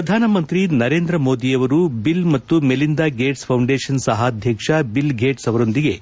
ಪ್ರಧಾನಮಂತ್ರಿ ನರೇಂದ್ರ ಮೋದಿಯವರು ಬಿಲ್ ಮತ್ತು ಮೆಲಿಂದಾ ಗೇಟ್ಸ್ ಫೌಂಡೇಶನ್ ಸಹಾಧ್ವಕ್ಷ ಬಿಲ್ ಗೇಟ್ಸ್ ಅವರೊಂದಿಗೆ